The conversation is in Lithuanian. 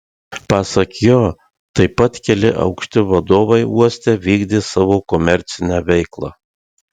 pasak jo taip pat keli aukšti vadovai uoste vykdė savo komercinę veiklą